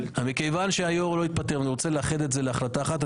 כיוון שהיו"ר לא התפטר אני רוצה לאחד את זה להחלטה אחת.